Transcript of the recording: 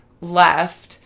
left